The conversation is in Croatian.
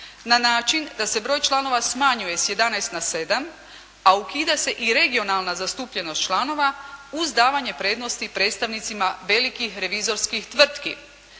na način da se broj članova smanjuje s 11 na 7, a ukida se i regionalna zastupljenost članova uz davanje prednosti predstavnicima velikih revizorskih tvrtki.